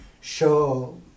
show